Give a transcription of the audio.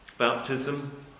Baptism